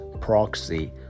proxy